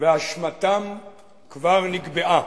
ואשמתם כבר נקבעה.